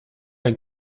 ein